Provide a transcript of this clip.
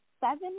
Seven